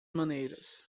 maneiras